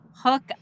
hook